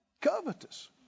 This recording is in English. Covetous